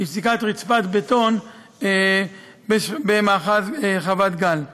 רצפת בטון במאחז חוות-גל.